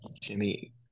Jimmy